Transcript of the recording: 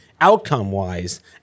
outcome-wise